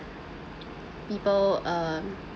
people um